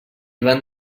van